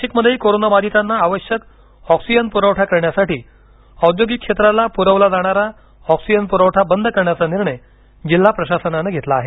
नाशिकमध्येही कोरोना बाधितांना आवश्यक ऑक्सिजन पुरवठा करण्यासाठी औद्योगिक क्षेत्राला पुरवला जाणारा ऑक्सिजन पुरवठा बंद करण्याचा निर्णय जिल्हा प्रशासनानं घेतला आहे